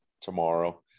tomorrow